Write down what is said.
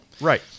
Right